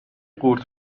قورت